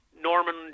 Norman